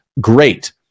great